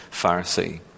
Pharisee